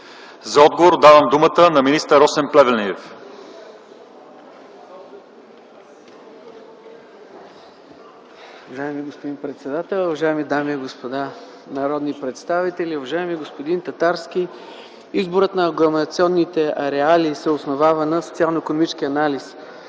За отговор давам думата на министър Росен Плевнелиев.